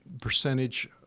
percentage